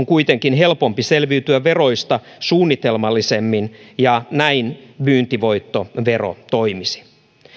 kuitenkin helpompi selviytyä veroista suunnitelmallisemmin ja näin myyntivoittovero toimisi